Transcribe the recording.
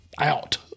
out